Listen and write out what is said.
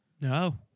No